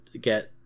get